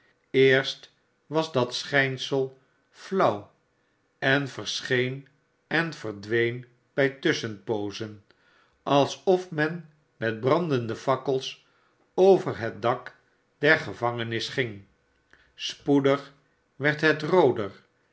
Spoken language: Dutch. eerst was dat schijnsel flauw en verscheen en verdween bij tusschenpoozen alsof men met brandende fakkels over het dak der gevangenis ging spoedig werd het rooder